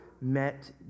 met